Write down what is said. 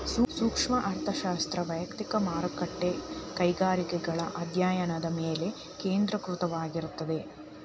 ಸೂಕ್ಷ್ಮ ಅರ್ಥಶಾಸ್ತ್ರ ವಯಕ್ತಿಕ ಮಾರುಕಟ್ಟೆ ಕೈಗಾರಿಕೆಗಳ ಅಧ್ಯಾಯನದ ಮೇಲೆ ಕೇಂದ್ರೇಕೃತವಾಗಿರ್ತದ